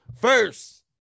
First